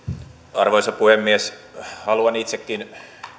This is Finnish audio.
arvoisa puhemies haluan itsekin